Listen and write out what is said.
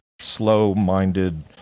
slow-minded